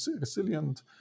resilient